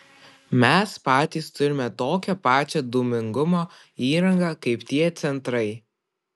mes patys turime tokią pačią dūmingumo įrangą kaip tie centrai